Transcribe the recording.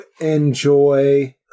enjoy